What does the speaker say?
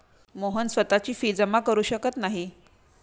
मोहन स्वतःची फी जमा करु शकत नाही